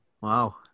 Wow